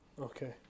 Okay